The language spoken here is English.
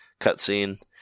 cutscene